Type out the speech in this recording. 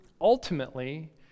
Ultimately